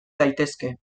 daitezke